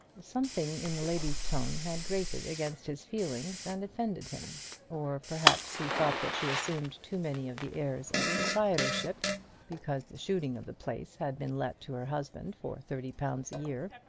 something in the lady's tone had grated against his feelings and offended him or perhaps he thought that she assumed too many of the airs of proprietorship because the shooting of the place had been let to her husband for thirty pounds a-year.